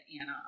Anna